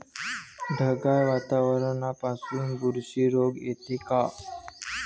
ढगाळ वातावरनापाई बुरशी रोग येते का?